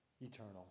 eternal